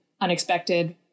unexpected